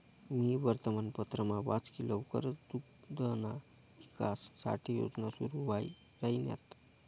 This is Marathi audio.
मी वर्तमानपत्रमा वाच की लवकरच दुग्धना ईकास साठे योजना सुरू व्हाई राहिन्यात